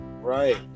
Right